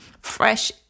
fresh